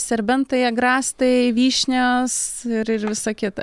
serbentai agrastai vyšnios ir ir visa kita